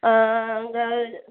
அங்கே